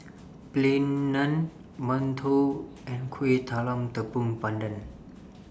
Plain Naan mantou and Kuih Talam Tepong Pandan